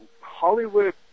hollywood